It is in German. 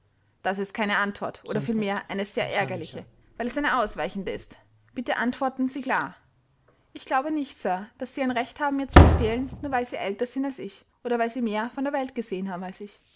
das ist keine antwort oder vielmehr eine sehr ärgerliche weil es eine ausweichende ist bitte antworten sie klar ich glaube nicht sir daß sie ein recht haben mir zu befehlen nur weil sie älter sind als ich oder weil sie mehr von der welt gesehen haben als ich